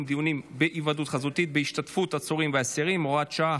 דיונים בהיוועדות חזותית בהשתתפות עצורים ואסירים (הוראת שעה,